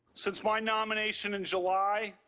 since my nomination in july,